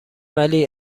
ولی